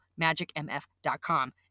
magicmf.com